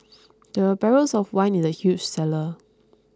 there were barrels of wine in the huge cellar